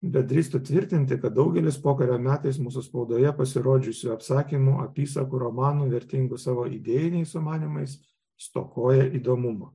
bet drįstu tvirtinti kad daugelis pokario metais mūsų spaudoje pasirodžiusių apsakymų apysakų romanų vertingų savo idėjiniais sumanymais stokoja įdomumo